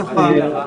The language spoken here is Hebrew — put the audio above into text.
חוקי הנצחה?